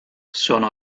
sono